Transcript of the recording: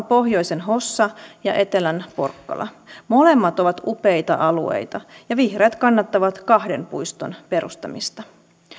pohjoisen hossa ja etelän porkkala molemmat ovat upeita alueita ja vihreät kannattavat kahden puiston perustamista